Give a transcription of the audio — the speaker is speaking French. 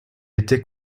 était